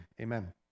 amen